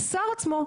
איזו טעות.